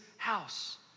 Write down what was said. house